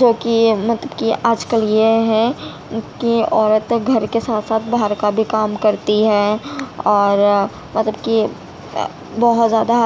جو کہ مطلب کہ آج کل یہ ہے کہ عورت گھر کے ساتھ ساتھ باہر کا بھی کام کرتی ہے اور مطلب کہ بہت زیادہ